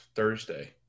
thursday